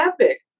epic